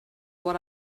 what